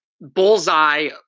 bullseye